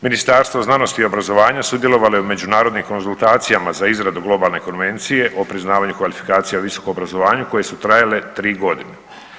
Ministarstvo znanosti i obrazovanja sudjelovalo je u međunarodnim konzultacijama za izradu Globalne konvencije o priznavanju kvalifikacija u visokom obrazovanju koje su trajale tri godine.